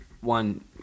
one